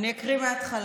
אני אקריא מהתחלה.